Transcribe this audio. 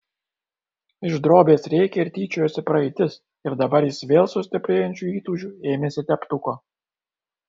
iš drobės rėkė ir tyčiojosi praeitis ir dabar jis vėl su stiprėjančiu įtūžiu ėmėsi teptuko